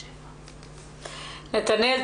נתנאל,